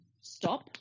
stop